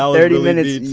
um thirty minutes!